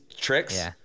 tricks